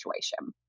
situation